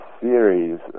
series